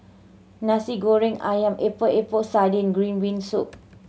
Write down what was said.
Nasi Goreng Ayam Epok Epok Sardin green bean soup